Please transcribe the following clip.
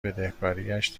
بدهکاریش